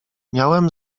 miałem